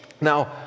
now